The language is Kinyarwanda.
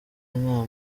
inama